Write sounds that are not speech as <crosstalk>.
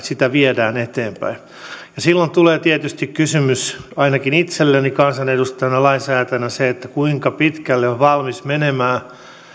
<unintelligible> sitä viedään eteenpäin ja silloin tulee tietysti kysymys ainakin itselleni kansanedustajana lainsäätäjänä kuinka pitkälle on valmis menemään